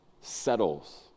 settles